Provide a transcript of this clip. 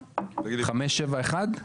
5, 7, 1?